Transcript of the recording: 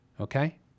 Okay